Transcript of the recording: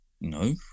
No